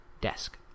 DESK